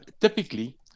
typically